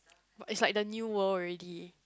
it's like the new world already